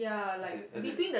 as in as in